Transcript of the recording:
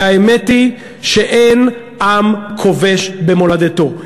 והאמת היא שאין עם כובש במולדתו.